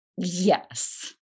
yes